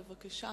בבקשה.